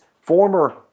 former